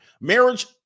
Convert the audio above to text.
Marriage